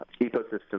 ecosystem